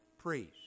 priest